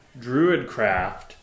Druidcraft